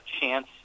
chance